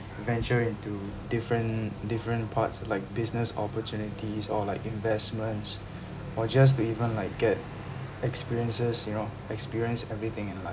venture into different different parts like business opportunities or like investments or just to even like get experiences you know experience everything in life